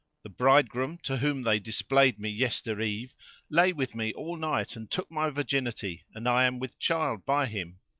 the bridegroom to whom they displayed me yestereve lay with me all night, and took my virginity and i am with child by him.